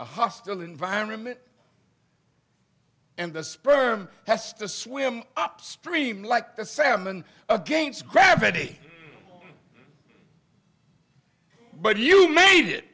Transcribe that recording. a hostile environment and the sperm has to swim upstream like the salmon against gravity but you made it